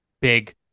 big